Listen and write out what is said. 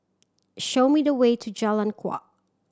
show me the way to Jalan Kuak